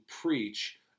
preach